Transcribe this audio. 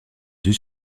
deux